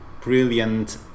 brilliant